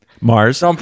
Mars